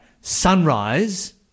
sunrise